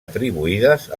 atribuïdes